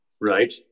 right